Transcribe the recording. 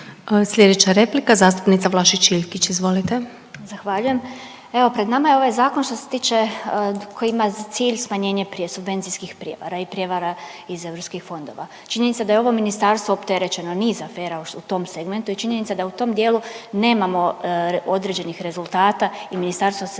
Sljedeća replika zastupnica Vlašić Iljkić, izvolite. **Vlašić Iljkić, Martina (SDP)** Zahvaljujem. Evo pred nama je ovaj zakon što se tiče koji ima cilj smanjenje subvencijskih prijevara i prijevara iz EU fondova. Činjenica da je ovo ministarstvo opterećeno niz afera u tom segmentu i činjenica da u tom dijelu nemamo određenih rezultata i ministarstvo se